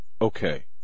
Okay